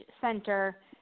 center